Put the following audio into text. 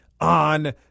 on